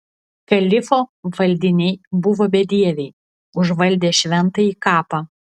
kalifo valdiniai buvo bedieviai užvaldę šventąjį kapą